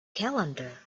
calendar